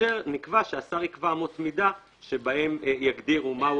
כאשר נקבע שהשר יקבע אמות מידה שבהן יגדירו מהו